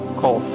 call